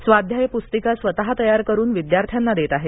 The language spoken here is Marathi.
स्वाध्याय पुस्तिका स्वत तयार करुन विद्यार्थ्यांना देत आहेत